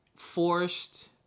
forced